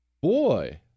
boy